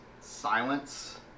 Silence